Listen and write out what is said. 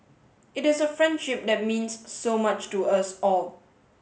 it is a friendship that means so much to us all